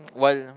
one